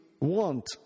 want